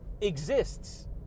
exists